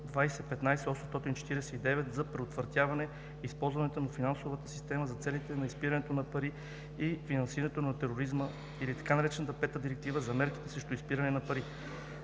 за предотвратяване използването на финансовата система за целите на изпирането на пари и финансирането на тероризма или така наречената Пета директива за мерките срещу изпиране на пари.